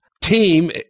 team